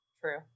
true